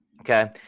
Okay